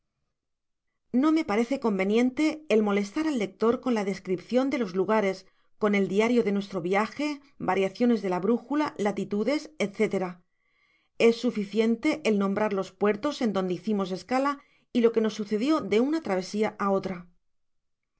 no me parece conveniente el molestar al lector con la descripcion de los lugares con el diario de nuestro viaje variaciones de la brújula latitudes etc es suficiente el nombrar los puertos en donde hicimos escala y lo que nos sucedió de una travesia á otra